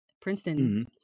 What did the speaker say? Princeton